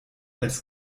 als